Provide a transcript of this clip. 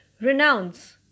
renounce